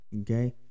Okay